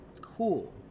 Cool